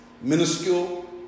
minuscule